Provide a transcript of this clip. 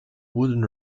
wooden